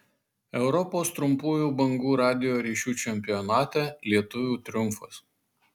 europos trumpųjų bangų radijo ryšių čempionate lietuvių triumfas